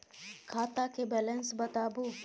खाता के बैलेंस बताबू?